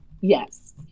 Yes